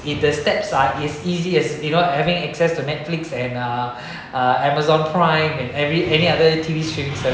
if the steps are as easy as you know having access to Netflix and uh uh Amazon Prime and every any other T_V streams